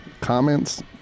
Comments